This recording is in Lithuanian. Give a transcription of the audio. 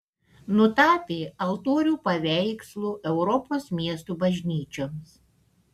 nutapė altorių paveikslų europos miestų bažnyčioms